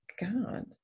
god